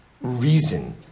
reason